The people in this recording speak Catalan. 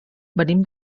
venim